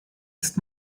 ist